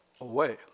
away